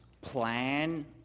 plan